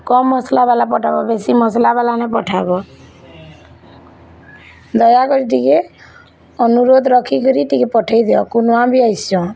କମ୍ ମସଲା ବାଲା ପଠାବ ବେଶୀ ମସଲା ବାଲା ନାଇଁ ପଠାବ ଦୟାକରି ଟିକେ ଅନୁରୋଧ ରଖିକରି ଟିକେ ପଠେଇଦିଅ କୁନୁଆ ବି ଆଇଛନ୍